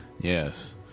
Yes